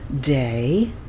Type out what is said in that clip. day